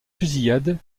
fusillade